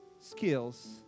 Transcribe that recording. skills